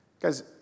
Guys